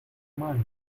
mind